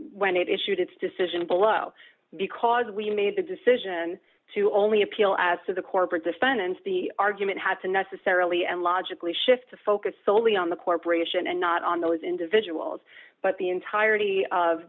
when it issued its decision below because we made the decision to only appeal as to the corporate defendants the argument had to necessarily and logically shift to focus solely on the corporation and not on those individuals but the entirety of